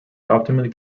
optimally